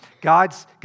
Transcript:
God's